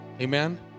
amen